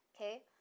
okay